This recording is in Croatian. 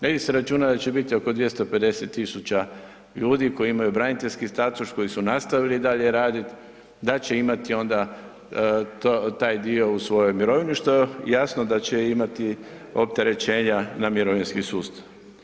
Negdje se računa da će biti oko 250.000 koji imaju braniteljski status koji su nastavili dalje raditi da će imati onda taj dio u svojoj mirovini što jasno da će imati opterećenja na mirovinski sustav.